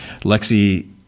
Lexi